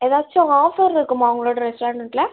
ஏதாச்சும் ஆஃபர் இருக்குமா உங்களோட ரெஸ்டாரெண்ட்டில்